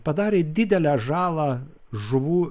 padarė didelę žalą žuvų